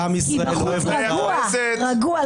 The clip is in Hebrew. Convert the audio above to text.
כי בחוץ רגוע.